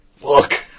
Look